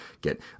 get